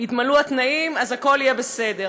יתמלאו התנאים, אז הכול יהיה בסדר.